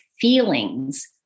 feelings